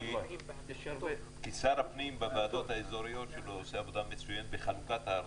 כי שר הפנים בוועדות האזוריות שלו עושה עבודה מצוינת בחלוקת הארנונה.